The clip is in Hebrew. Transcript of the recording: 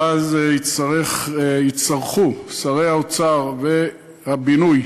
ואז יצטרכו שרי האוצר והבינוי